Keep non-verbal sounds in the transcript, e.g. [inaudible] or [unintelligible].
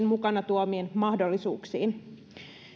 [unintelligible] mukana tuleviin mahdollisuuksiin